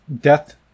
death